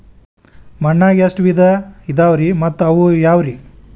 ಮಣ್ಣಾಗ ಎಷ್ಟ ವಿಧ ಇದಾವ್ರಿ ಮತ್ತ ಅವು ಯಾವ್ರೇ?